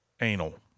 Anal